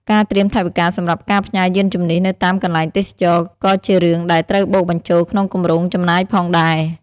ការត្រៀមថវិកាសម្រាប់ការផ្ញើយានជំនិះនៅតាមកន្លែងទេសចរណ៍ ក៏ជារឿងដែលត្រូវបូកបញ្ចូលក្នុងគម្រោងចំណាយផងដែរ។